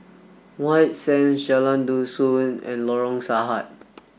White Sands Jalan Dusun and Lorong Sarhad